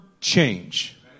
change